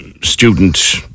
student